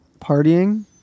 partying